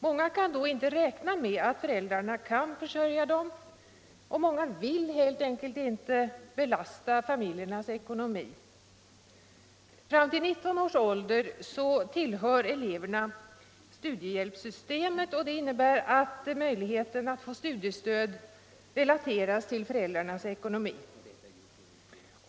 Många kan då inte räkna med att föräldrarna skall försörja dem, och många vill helt enkelt inte belasta sin familjs ekonomi. Fram till 19 års ålder tillhör eleverna studiehjälpssystemet. Det innebär att möjligheten att få studiestöd relateras till föräldrarnas ekonomi.